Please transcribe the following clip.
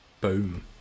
Boom